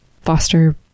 foster